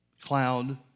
cloud